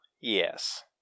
yes